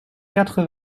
quatre